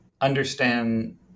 understand